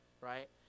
right